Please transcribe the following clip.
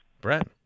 Brett